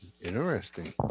interesting